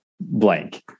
blank